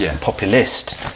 populist